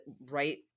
right